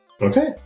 Okay